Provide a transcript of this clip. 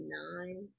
nine